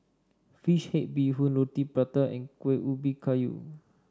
Fish Head Bee Hoon Roti Prata and Kuih Ubi Kayu